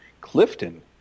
Clifton